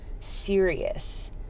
serious